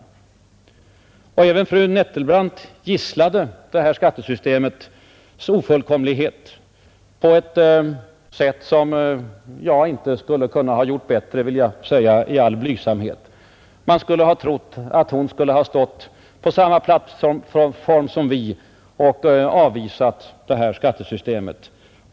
Även fru Nettelbrandt gisslade skattesystemets ofullkomlighet på ett sätt som jag inte skulle ha kunnat göra bättre — det vill jag säga i all blygsamhet. Man skulle ha kunnat tro att hon hade stått på samma plattform som vi och avvisat skattesystemet.